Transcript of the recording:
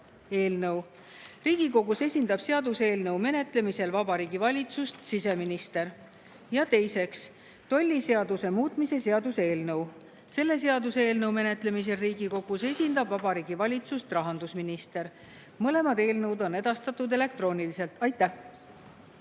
eelnõu. Riigikogus esindab seaduseelnõu menetlemisel Vabariigi Valitsust siseminister. Teiseks, tolliseaduse muutmise seaduse eelnõu. Selle seaduseelnõu menetlemisel Riigikogus esindab Vabariigi Valitsust rahandusminister. Mõlemad eelnõud on edastatud elektrooniliselt. Aitäh!